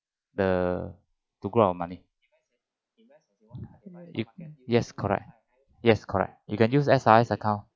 the to grow our money yes correct yes correct you can use S_R_S account